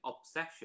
obsession